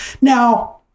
now